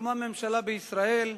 הוקמה ממשלה בישראל,